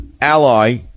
ally